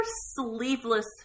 sleeveless